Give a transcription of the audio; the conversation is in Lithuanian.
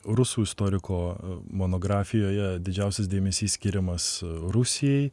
rusų istoriko monografijoje didžiausias dėmesys skiriamas rusijai